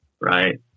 right